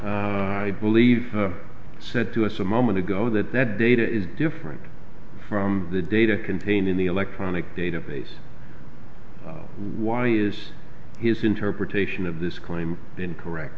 b i believe said to us a moment ago that that data is different from the data contained in the electronic database why is his interpretation of this claim incorrect